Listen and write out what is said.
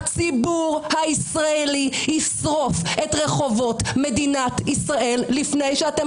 הציבור הישראלי ישרוף את רחובות מדינת ישראל לפני שאתם